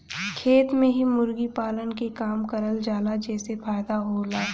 खेत में ही मुर्गी पालन के काम करल जाला जेसे फायदा होला